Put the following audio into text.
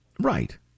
Right